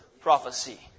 prophecy